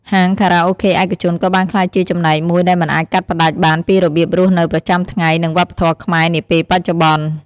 ហាងខារ៉ាអូខេឯកជនក៏បានក្លាយជាចំណែកមួយដែលមិនអាចកាត់ផ្តាច់បានពីរបៀបរស់នៅប្រចាំថ្ងៃ និងវប្បធម៌ខ្មែរនាពេលបច្ចុប្បន្ន។